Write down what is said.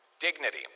Dignity